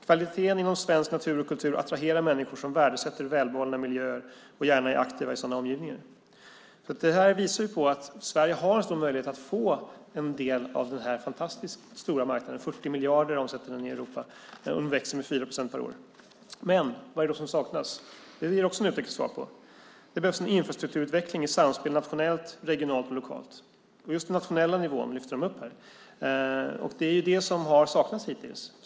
- Kvaliteten inom svensk natur och kultur attraherar människor som värdesätter välbehållna miljöer och gärna är aktiva i sådana omgivningar." Det här visar på att Sverige har en stor möjlighet att få en del av den här fantastiskt stora marknaden. 40 miljarder omsätter den i Europa. Den växer med 4 procent per år. Vad är det då som saknas? Det ger också Nutek svar på. Det behövs en "infrastrukturutveckling i samspel nationellt, regionalt och lokalt". Just den nationella nivån lyfter de fram här. Det är det som har saknats hittills.